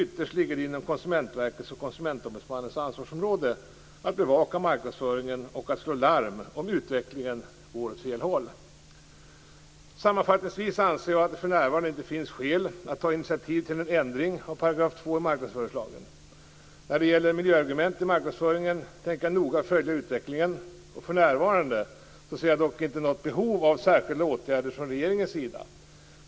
Ytterst ligger det inom Konsumentverkets och Konsumentombudsmannens ansvarsområde att bevaka marknadsföringen och att slå larm om utvecklingen går åt fel håll. Sammanfattningsvis anser jag att det för närvarande inte finns skäl att ta initiativ till en ändring av 2 § marknadsföringslagen. När det gäller miljöargument i marknadsföringen tänker jag noga följa utvecklingen. För närvarande ser jag dock inte något behov av särskilda åtgärder från regeringens sida.